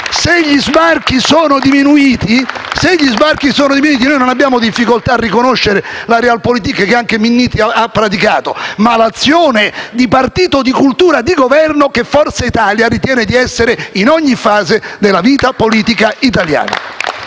Se gli sbarchi sono diminuiti, e non abbiamo difficoltà a riconoscere la *Realpolitik* che anche Minniti ha praticato, resta tuttavia l'azione di partito di cultura di governo che Forza Italia ritiene di realizzare in ogni fase della vita politica italiana